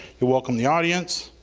you welcome the audience,